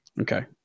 okay